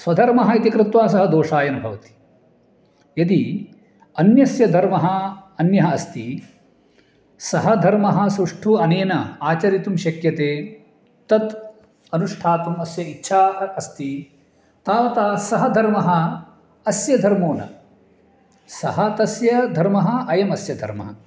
स्वधर्मः इति कृत्वा सः दोषाय न भवति यदि अन्यस्य धर्मः अन्यः अस्ति सः धर्मः सुष्ठु अनेन आचरितुं शक्यते तत् अनुष्ठातुम् अस्य इच्छा अ अस्ति तावता सः धर्मः अस्य धर्मो न सः तस्य धर्मः अयम् अस्य धर्मः